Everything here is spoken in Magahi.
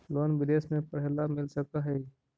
लोन विदेश में पढ़ेला मिल सक हइ?